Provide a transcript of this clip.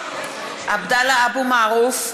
(קוראת בשמות חברי הכנסת) עבדאללה אבו מערוף,